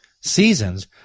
seasons